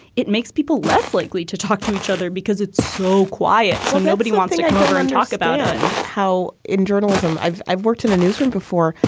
it makes people less likely to talk to each other because it's so quiet so nobody wants to come over and talk about and how in journalism. i've i've worked in a newsroom before.